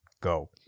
go